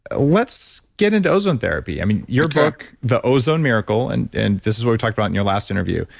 ah let's get into ozone therapy. i mean, your book, the ozone miracle, and and this is what we talked about in your last interview.